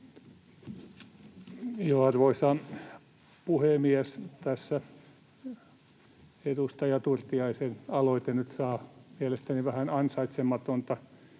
Arvoisa puhemies! Tässä edustaja Turtiaisen aloite nyt saa mielestäni vähän ansaitsematonta